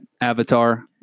Avatar